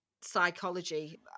psychology